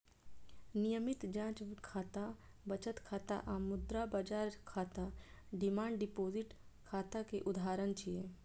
नियमित जांच खाता, बचत खाता आ मुद्रा बाजार खाता डिमांड डिपोजिट खाता के उदाहरण छियै